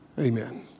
Amen